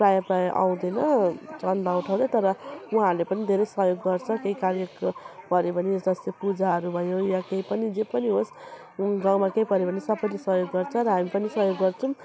प्रायः प्रायः आउँदैन चन्दा उठाउँदै तर उहाँहरूले पनि धेरै सहयोग गर्छ केही कार्यक्रम पर्यो भने जस्तै पूजाहरू भयो या केही पनि जे पनि होस् गाउँमा केही पर्यो भने सबैले सहयोग गर्छ र हामी पनि सहयोग गर्छौँ